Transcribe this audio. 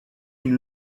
une